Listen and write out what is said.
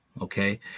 Okay